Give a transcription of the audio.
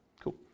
Cool